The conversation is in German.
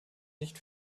nicht